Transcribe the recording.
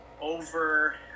over